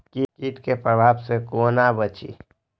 कीट के प्रभाव से कोना बचीं?